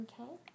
Okay